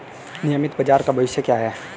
नियमित बाजार का भविष्य क्या है?